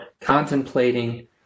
contemplating